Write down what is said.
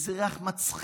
איזה ריח מצחין.